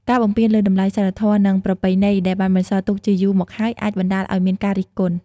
ការបំពានលើតម្លៃសីលធម៌និងប្រពៃណីដែលបានបន្សល់ទុកជាយូរមកហើយ អាចបណ្តាលឲ្យមានការរិះគន់។